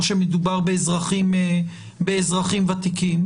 או שמדובר באזרחים ותיקים,